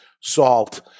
salt